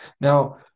Now